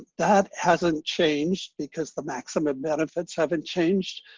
that hasn't changed, because the maximum benefits haven't changed,